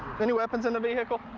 any weapons in the vehicle?